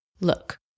Look